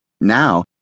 Now